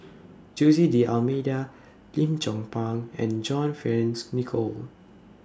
Jose D'almeida Lim Chong Pang and John Fearns Nicoll